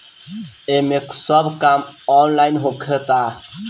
एमे सब काम ऑनलाइन होखता